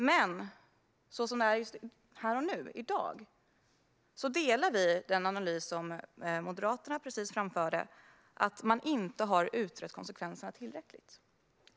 Men så som det är just här och nu i dag delar vi den analys som Moderaterna precis framförde, nämligen att man inte har utrett konsekvenserna tillräckligt.